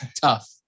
tough